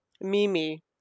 Mimi